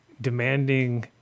demanding